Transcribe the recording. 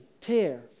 tear